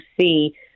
see